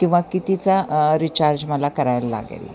किंवा कितीचा रिचार्ज मला करायला लागेल